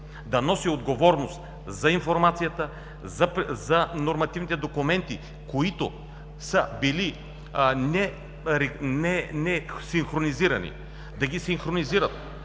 да носи отговорност за информацията, за нормативните документи, които са били несинхронизирани, да ги синхронизират.